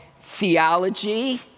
theology